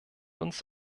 uns